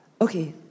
Okay